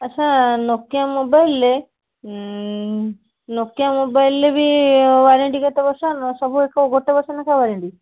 ଆଚ୍ଛା ନୋକିଆ ମୋବାଇଲ୍ରେ ନୋକିଆ ମୋବାଇଲ୍ରେ ବି ୱାରେଣ୍ଟି କେତେ ବର୍ଷ ସବୁ ଗୋଟିଏ ବର୍ଷ ଲେଖାଏଁ ୱାରେଣ୍ଟି